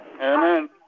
Amen